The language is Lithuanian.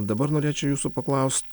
dabar norėčiau jūsų paklaust